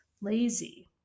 lazy